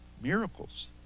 miracles